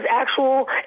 actual